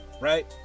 Right